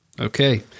Okay